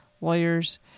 lawyer's